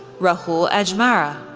rahul ajmera,